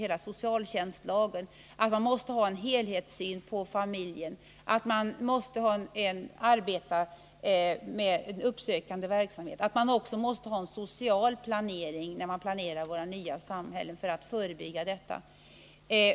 Man har kommit fram till att vi måste ha en helhetssyn på familjen, att vi måste arbeta med uppsökande verksamhet och att vi också, för att förebygga problem, måste ha en social planering när våra nya samhällen planeras.